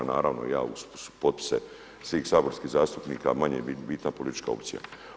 Naravno, ja uz potpise svih saborskih zastupnika, manje je bitna politička opcija.